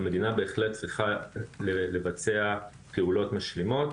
המדינה בהחלט צריכה לבצע פעולות משלימות